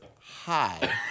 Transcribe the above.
hi